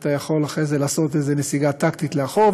ואתה יכול אחרי זה לעשות נסיגה טקטית לאחור,